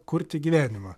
kurti gyvenimą